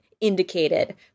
indicated